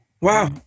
Wow